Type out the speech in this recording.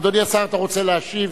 אדוני השר, אתה רוצה להשיב?